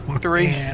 Three